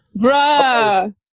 bruh